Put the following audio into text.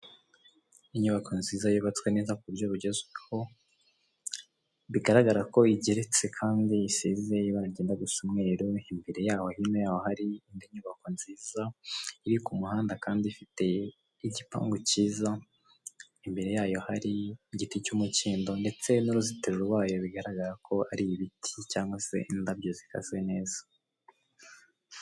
Inyubako nziza yubatswe neza ku buryo bugezweho, bigaragara ko igeretse kandi isize ibara ryenda gusa umweru, imbere yaho hino yaho hari indi nyubako nziza, iri ku muhanda kandi ifite igipangu kiza, imbere yayo hari igiti cy'umukindo ndetse n'uruzitiro rwayo bigaragara ko hari ibiti cyangwa se indabyo zikase neza.